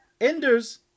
Enders